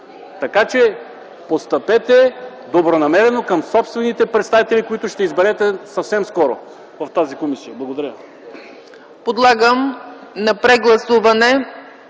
по-добра. Постъпете добронамерено към собствените представители, които ще изберете съвсем скоро в тази комисия. Благодаря.